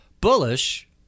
bullish